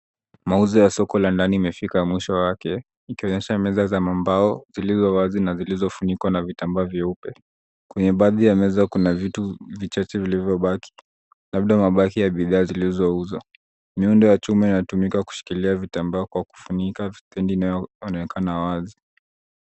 Mauzo ya soko la ndani imefika mwisho wake ikionyesha meza za mambao zilizowazi na zilizofunikwa na vitambaa vyeupe. Kwenye baadhi ya meza kuna vitu vichache vilivyobaki labda mabaki ya bidhaa zilizouzwa. Miundo ya chuma inatumika kushikilia vitambaa kwa kufunika stendi inayoonekana wazi.